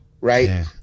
right